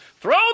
Throw